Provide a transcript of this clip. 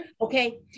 Okay